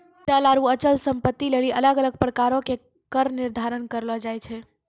चल आरु अचल संपत्ति लेली अलग अलग प्रकारो के कर निर्धारण करलो जाय छै